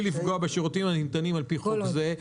לפגוע בשירותים הניתנים על פי חוק זה.